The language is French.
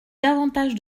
davantage